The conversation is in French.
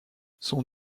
son